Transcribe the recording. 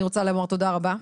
אני רוצה לומר תודה רבה,